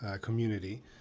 community